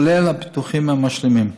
כולל הביטוחים המשלימים.